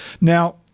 now